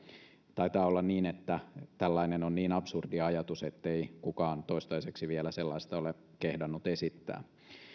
taitaa olla niin että tällainen on niin absurdi ajatus ettei kukaan toistaiseksi vielä sellaista ole kehdannut esittää